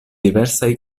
diversaj